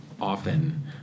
often